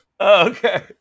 okay